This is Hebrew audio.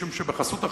משום שבחסות החשכה,